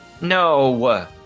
No